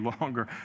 longer